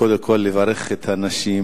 קודם כול כדי לברך את הנשים,